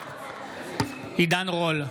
עידן רול,